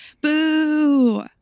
Boo